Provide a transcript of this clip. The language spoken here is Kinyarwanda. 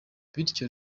bityo